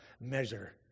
measure